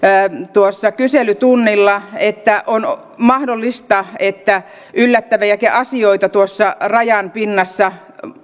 kyselytunnilla että on mahdollista että yllättäviäkin asioita rajanpinnassa